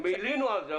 הם הלינו על זה.